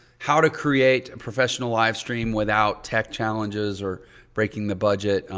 how to create a professional live stream without tech challenges or breaking the budget.